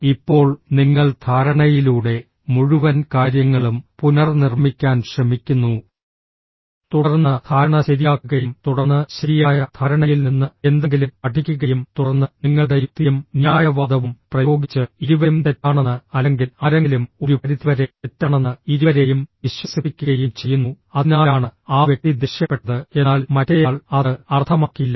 ഇപ്പോൾ നിങ്ങൾ ധാരണയിലൂടെ മുഴുവൻ കാര്യങ്ങളും പുനർനിർമ്മിക്കാൻ ശ്രമിക്കുന്നു തുടർന്ന് ധാരണ ശരിയാക്കുകയും തുടർന്ന് ശരിയായ ധാരണയിൽ നിന്ന് എന്തെങ്കിലും പഠിക്കുകയും തുടർന്ന് നിങ്ങളുടെ യുക്തിയും ന്യായവാദവും പ്രയോഗിച്ച് ഇരുവരും തെറ്റാണെന്ന് അല്ലെങ്കിൽ ആരെങ്കിലും ഒരു പരിധിവരെ തെറ്റാണെന്ന് ഇരുവരെയും വിശ്വസിപ്പിക്കുകയും ചെയ്യുന്നു അതിനാലാണ് ആ വ്യക്തി ദേഷ്യപ്പെട്ടത് എന്നാൽ മറ്റേയാൾ അത് അർത്ഥമാക്കിയില്ല